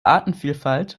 artenvielfalt